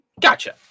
Gotcha